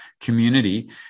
community